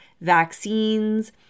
vaccines